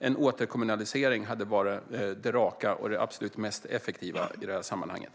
En återkommunalisering hade varit det enda raka och det absolut mest effektiva i sammanhanget.